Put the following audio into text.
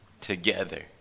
together